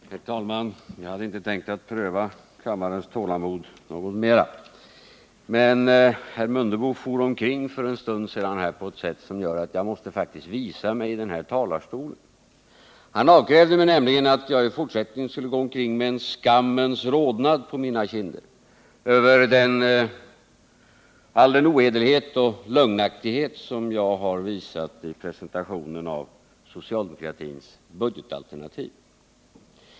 Herr talman! Jag hade inte tänkt pröva kammarens tålamod något mer, men herr Mundebo for för en stund sedan omkring på ett sådant sätt att jag faktiskt måste visa mig i denna talarstol. Han avkrävde nämligen mig att jag i fortsättningen skall gå omkring med en skammens rodnad på mina kinder över all den ohederlighet och lögnaktighet som jag har visat vid presentationen av socialdemokratins budgetalternativ.